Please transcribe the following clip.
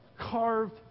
carved